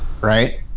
right